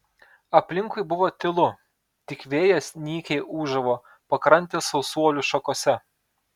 aplinkui buvo tylu tik vėjas nykiai ūžavo pakrantės sausuolių šakose